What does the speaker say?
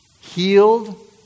healed